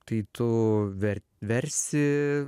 tai tu ver versi